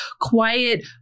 quiet